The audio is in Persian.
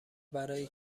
برای